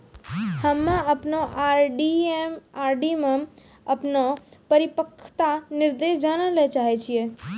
हम्मे अपनो आर.डी मे अपनो परिपक्वता निर्देश जानै ले चाहै छियै